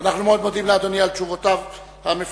אנחנו מאוד מודים לאדוני על תשובותיו המפורטות.